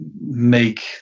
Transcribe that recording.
make